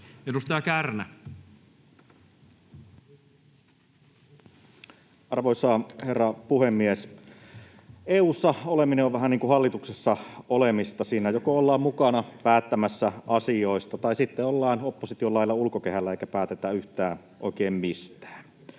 Edustaja Kärnä. Arvoisa herra puhemies! EU:ssa oleminen on vähän niin kuin hallituksessa olemista: siinä joko ollaan mukana päättämässä asioista tai sitten ollaan opposition lailla ulkokehällä eikä päätetä oikein yhtään mistään.